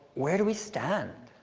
where do we stand?